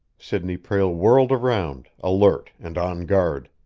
sidney prale whirled around, alert and on guard,